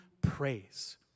praise